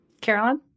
Carolyn